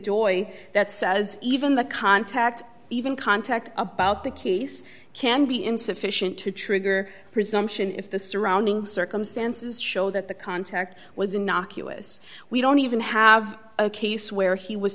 joy that says even the contact even contact about the case can be insufficient to trigger a presumption if the surrounding circumstances show that the contact was innocuous we don't even have a case where he was